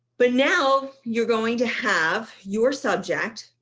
but now you're going to have your subject,